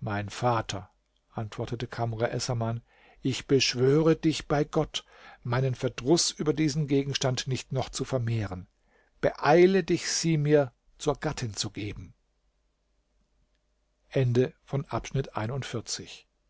mein vater antwortete kamr essaman ich beschwöre dich bei gott meinen verdruß über diesen gegenstand nicht noch zu vermehren beeile dich sie mir zur gattin zu geben